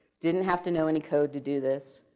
didn't have to know any code to do this.